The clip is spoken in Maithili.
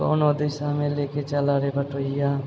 कोनो दिशामे लेके चलऽ रे बटोहिया